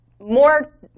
more